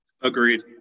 Agreed